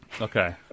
Okay